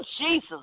Jesus